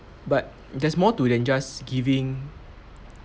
but there's more to then just giving